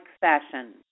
fashion